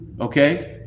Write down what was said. okay